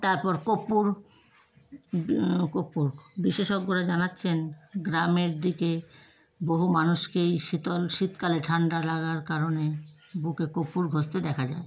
তারপর কর্পূর কর্পূর বিশেষজ্ঞরা জানাচ্ছেন গ্রামের দিকে বহু মানুষকেই শীতল শীতকালে ঠান্ডা লাগার কারণে বুকে কর্পূর ঘসতে দেখা যায়